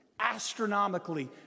astronomically